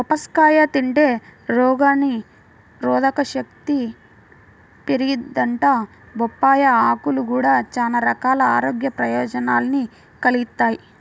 బొప్పాస్కాయ తింటే రోగనిరోధకశక్తి పెరిగిద్దంట, బొప్పాయ్ ఆకులు గూడా చానా రకాల ఆరోగ్య ప్రయోజనాల్ని కలిగిత్తయ్